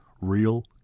real